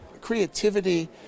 Creativity